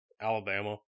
Alabama